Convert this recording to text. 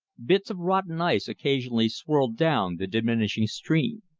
bits of rotten ice occasionally swirled down the diminishing stream.